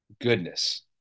goodness